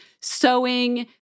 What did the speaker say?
sewing